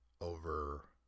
over